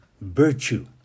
virtue